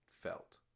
felt